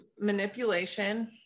manipulation